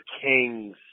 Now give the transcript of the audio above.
kings